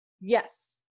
Yes